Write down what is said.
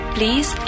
Please